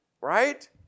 right